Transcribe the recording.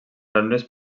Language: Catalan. planures